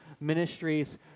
Ministries